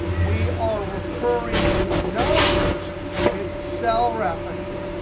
we are referring to numbers with cell references.